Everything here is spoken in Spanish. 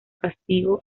castigo